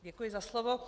Děkuji za slovo.